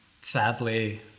sadly